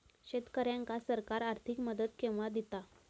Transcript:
शेतकऱ्यांका सरकार आर्थिक मदत केवा दिता?